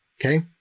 Okay